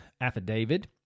affidavit